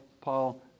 paul